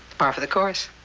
par for the course.